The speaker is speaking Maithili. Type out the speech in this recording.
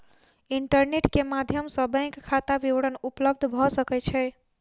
इंटरनेट के माध्यम सॅ बैंक खाता विवरण उपलब्ध भ सकै छै